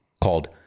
called